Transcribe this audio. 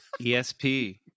ESP